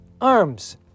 arms